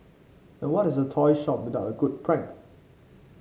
and what is a toy shop without a good prank